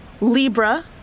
Libra